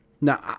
Now